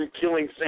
killing